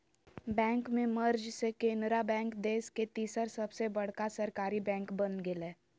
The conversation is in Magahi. बैंक के मर्ज से केनरा बैंक देश के तीसर सबसे बड़का सरकारी बैंक बन गेलय